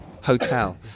Hotel